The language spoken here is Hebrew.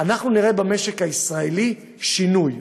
אנחנו נראה במשק הישראלי שינוי.